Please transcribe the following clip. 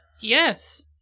Yes